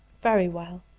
very well.